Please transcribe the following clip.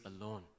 alone